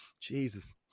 Jesus